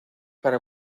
para